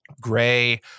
gray